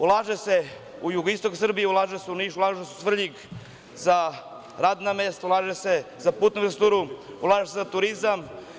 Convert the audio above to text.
Ulaže se u jugoistok Srbije, ulaže se u Niš, ulaže se u Svrljig za radna mesta, ulaže se za putnu infrastrukturu, ulaže se za turizam.